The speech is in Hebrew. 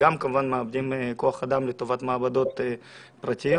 וגם כמובן מאבדים כוח אדם לטובת מעבדות פרטיות,